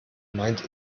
meint